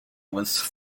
was